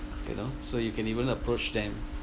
you know so you can even approach them